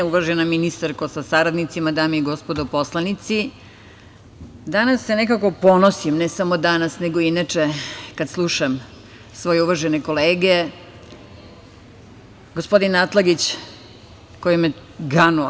Uvažena ministarko sa saradnicima, dame i gospodo poslanici, danas se nekako ponosim, ne samo danas, nego i inače, kada slušam svoje uvažene kolege, gospodina Atlagića koji me je ganuo.